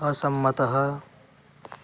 असम्मतः